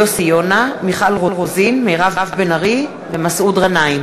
יוסי יונה, מיכל רוזין, מירב בן ארי ומסעוד גנאים